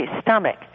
stomach